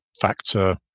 factor